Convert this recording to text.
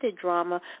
drama